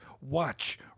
watch